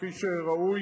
כפי שראוי